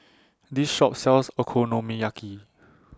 This Shop sells Okonomiyaki